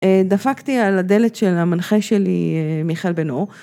דפקתי על הדלת של המנחה שלי, מיכאל בן אור.